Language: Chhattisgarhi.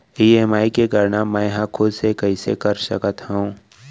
ई.एम.आई के गड़ना मैं हा खुद से कइसे कर सकत हव?